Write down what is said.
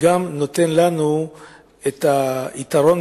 גם נותן לנו את "היתרון",